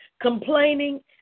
complaining